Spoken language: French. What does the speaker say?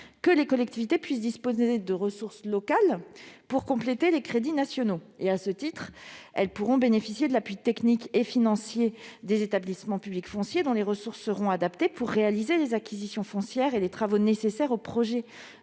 que les collectivités puissent disposer de ressources locales, afin de compléter les crédits nationaux. À ce titre, elles pourront bénéficier de l'appui technique et financier des établissements publics fonciers (EPF), dont les ressources seront adaptées pour réaliser des acquisitions foncières et les travaux nécessaires aux projets